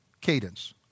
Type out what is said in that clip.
cadence